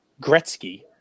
Gretzky